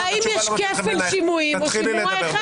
האם יש כפל שימועים או יש שימוע אחד?